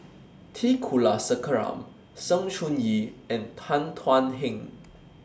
T Kulasekaram Sng Choon Yee and Tan Thuan Heng